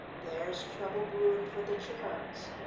there's trouble brewing for the trehernes.